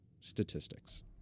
statistics